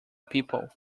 people